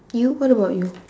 you what about you